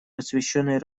посвященной